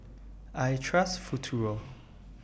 I Trust Futuro